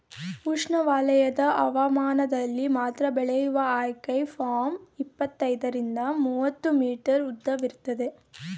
ಉಷ್ಣವಲಯದ ಹವಾಮಾನದಲ್ಲಿ ಮಾತ್ರ ಬೆಳೆಯುವ ಅಕೈ ಪಾಮ್ ಇಪ್ಪತ್ತೈದರಿಂದ ಮೂವತ್ತು ಮೀಟರ್ ಉದ್ದವಿರ್ತದೆ